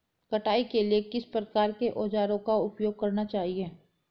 कटाई के लिए किस प्रकार के औज़ारों का उपयोग करना चाहिए?